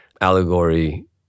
allegory